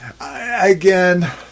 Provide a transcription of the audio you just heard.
again